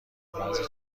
بعضی